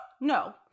No